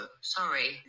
Sorry